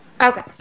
Okay